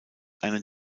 einen